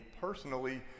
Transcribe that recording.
personally